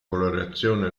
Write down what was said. colorazione